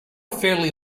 fairly